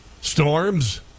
storms